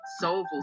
Soulful